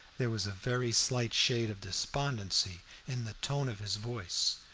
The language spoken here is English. there was a very slight shade of despondency in the tone of his voice.